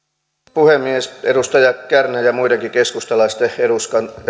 puhemies edustaja kärnän ja muidenkin keskustalaisten edustajien